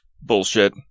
bullshit